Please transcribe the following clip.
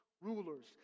rulers